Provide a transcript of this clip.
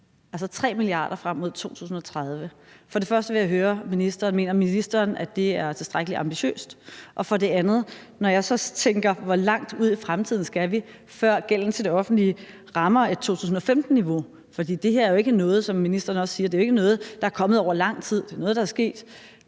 altså 3 mia. kr. frem mod 2030. For det første vil jeg høre ministeren, om ministeren mener, at det er tilstrækkelig ambitiøst. Og for det andet tænker jeg, hvor langt ud i fremtiden vi skal, før gælden til det offentlige rammer et 2015-niveau. For det her er jo, som ministeren også siger, ikke noget, der er kommet over lang tid; det er noget, der er sket